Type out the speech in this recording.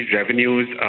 revenues